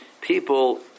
people